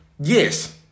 yes